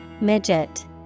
Midget